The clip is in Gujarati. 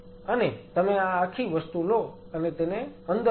અને તમે આ આખી વસ્તુ લો અને તેને અંદર રાખો